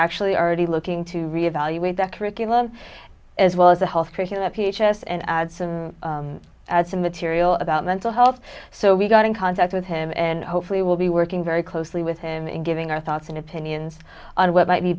actually already looking to re evaluate the curriculum as well as a health care here that p h s and adds and add some material about mental health so we got in contact with him and hopefully we'll be working very closely with him in giving our thoughts and opinions on what might be